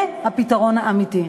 זה הפתרון האמיתי.